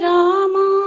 Rama